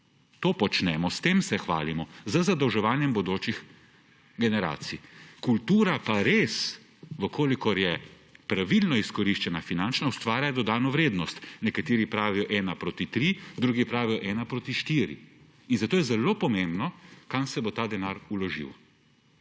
To počnemo, s tem se hvalimo – z zadolževanjem bodočih generacij. Kultura pa res, če je pravilno izkoriščena, finančno ustvarja dodano vrednost, nekateri pravijo 1 : 3, drugi pravijo 1 : 4. In zato je zelo pomembno, kam se bo ta denar vložil.